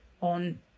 on